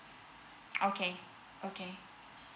okay okay